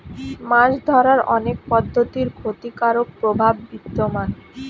মাছ ধরার অনেক পদ্ধতির ক্ষতিকারক প্রভাব বিদ্যমান